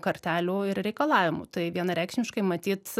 kartelių ir reikalavimų tai vienareikšmiškai matyt